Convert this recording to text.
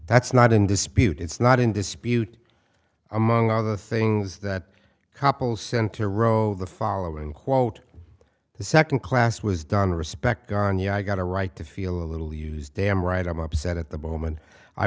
that's not in dispute it's not in dispute among other things that couples center row the following quote the second class was done respect i got a right to feel a little used damn right i'm upset at the moment i